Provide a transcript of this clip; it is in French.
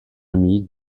amie